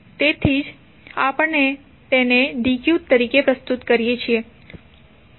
તથી જ આપણે તેને dq તરીકે પ્રસ્તુત કરીએ છીએ